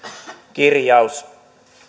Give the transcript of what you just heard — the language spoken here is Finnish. kirjaus